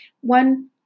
one